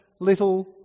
little